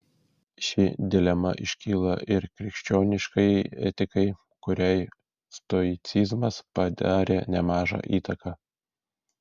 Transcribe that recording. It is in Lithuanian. ši dilema iškyla ir krikščioniškajai etikai kuriai stoicizmas padarė nemažą įtaką